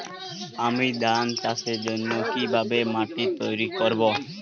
আমি ধান চাষের জন্য কি ভাবে মাটি তৈরী করব?